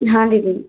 हाँ दीदी